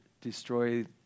destroy